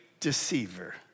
deceiver